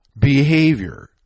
behavior